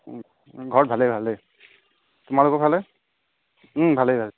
ঘৰত ভালেই ভালেই তোমালোকৰ ফালে ভালেই ভালেই